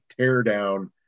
teardown